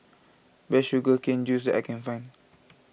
the Sugar Cane Juice that I can find